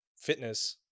fitness